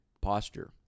posture